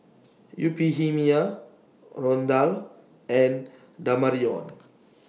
Euphemia Rondal and Damarion